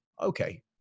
Okay